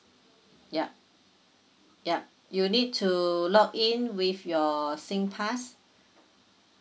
yup yup you need to login with your singpass